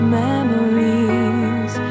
memories